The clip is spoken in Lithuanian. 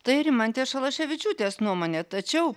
tai rimantės šalaševičiūtės nuomonė tačiau